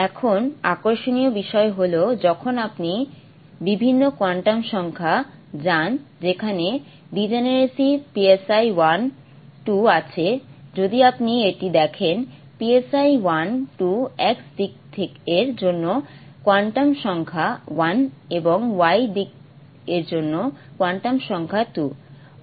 এখন আকর্ষণীয় বিষয় হল যখন আপনি বিভিন্ন কোয়ান্টাম সংখ্যায় যান যেখানে ডিজেনেরেসি 1 2 আছে যদি আপনি এটি দেখেন 1 2 x দিক এর জন্য কোয়ান্টাম সংখ্যা 1 এবং y দিক এর জন্য কোয়ান্টাম সংখ্যা 2